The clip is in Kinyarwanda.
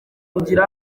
kugira